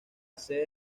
sede